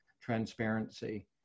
transparency